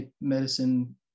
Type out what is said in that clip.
medicine